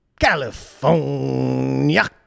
California